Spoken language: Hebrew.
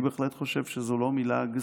אני בהחלט חושב שזו לא מילה גסה,